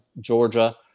georgia